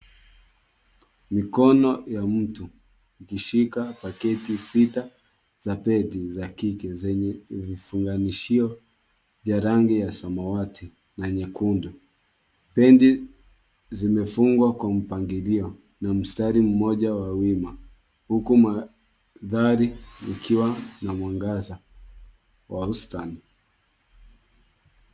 Mikono ya mtu ikishika paketi sita za pedi za kike zenye vifunganishio ya rangi ya samawati na nyekundu. Pedi zimefungwa kwa mpangilio na mstari mmoja wa wima huku mandhari ikiwa na mwangaza wa ustani.